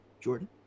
Jordan